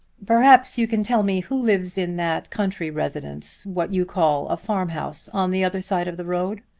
perhaps you can tell me who lives in that country residence what you call a farm-house on the other side of the road.